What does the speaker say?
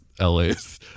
LA's